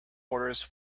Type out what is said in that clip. orders